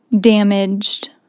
damaged